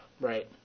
Right